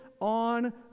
on